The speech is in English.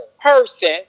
person